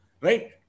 Right